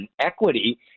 equity